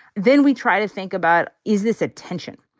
then we try to think about is this attention?